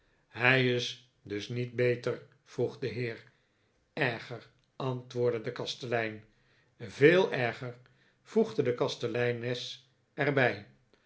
hij is dus niet beter vroeg de heer erger antwoordde de kastelein veel erger voegde de kasteleines er bij